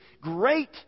great